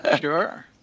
Sure